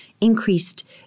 increased